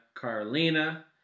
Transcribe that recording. Carolina